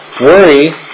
Worry